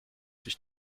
sich